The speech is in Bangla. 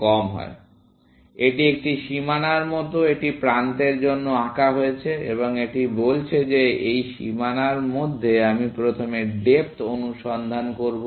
সুতরাং এটি একটি সীমানার মতো এটি প্রান্তের জন্য আঁকা হয়েছে এবং এটি বলছে যে এই সীমানার মধ্যে আমি প্রথমে ডেপ্থ অনুসন্ধান করব